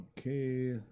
Okay